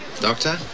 Doctor